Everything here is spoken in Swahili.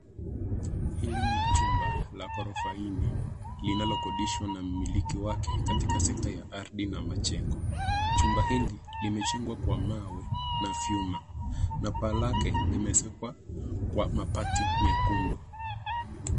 Hili ni chumba la ghorofa nne, linalo kodishwa na mmiliki wake katika sekta ya ardhi na majengo. Chumba hili limejengwa kwa mawe na vyuma, na paa lake, limeezekwa kwa mabati mekundu.